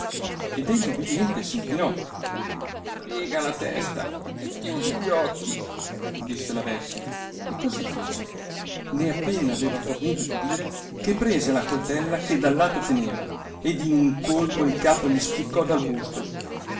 ed egli ubidiente s inchinò piega la testa e chiudi gli occhi disse la vecchia e così fece né appena aveva fornito di dire che prese la coltella che dal lato teneva ed in un colpo il capo gli spiccò dal busto